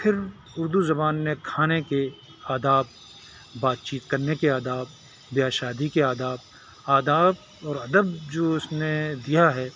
پھر اردو زبان نے کھانے کے آداب بات چیت کرنے کے آداب بیاہ شادی کے آداب آداب اور ادب جو اس نے دیا ہے